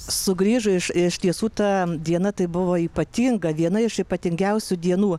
sugrįžo iš iš tiesų ta diena tai buvo ypatinga viena iš ypatingiausių dienų